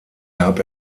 gab